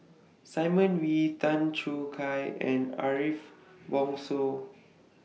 Simon Wee Tan Choo Kai and Ariff Bongso